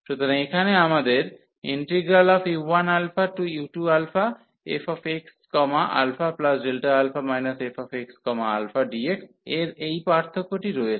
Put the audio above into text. সুতরাং এখানে আমাদের u1u2fxα fxαdx এর এই পার্থক্যটি রয়েছে